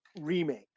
remake